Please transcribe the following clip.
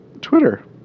twitter